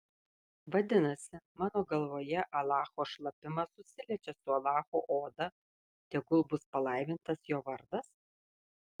vadinasi mano galvoje alacho šlapimas susiliečia su alacho oda tegul bus palaimintas jo vardas